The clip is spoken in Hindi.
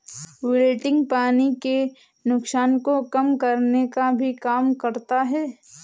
विल्टिंग पानी के नुकसान को कम करने का भी काम करता है